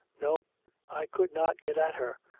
no i could not get at her.